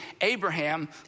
Abraham